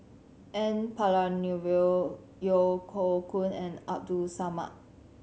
N Palanivelu Yeo Hoe Koon and Abdul Samad